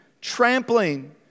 trampling